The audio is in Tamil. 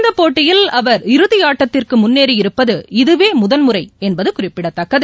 இந்தப்போட்டியில் அவர் இறுதியாட்டத்திற்குமுன்னேறியிருப்பது இதுவேமுதன்முறைஎன்பதுகுறிப்பிடததக்கது